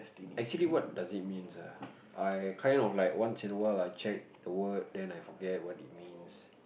actually what's does it means ah I kind of like once in awhile I check the word then I forget what it means